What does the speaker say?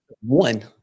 One